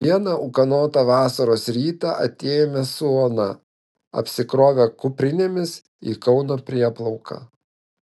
vieną ūkanotą vasaros rytą atėjome su ona apsikrovę kuprinėmis į kauno prieplauką